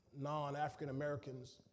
non-African-Americans